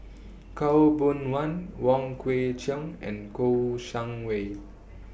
Khaw Boon Wan Wong Kwei Cheong and Kouo Shang Wei